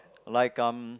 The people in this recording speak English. like um